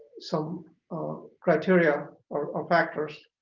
some criteria or factors